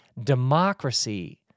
Democracy